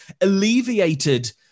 alleviated